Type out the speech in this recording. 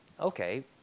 Okay